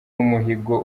umuhigo